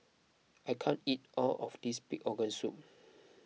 I can't eat all of this Pig Organ Soup